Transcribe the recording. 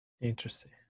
Interesting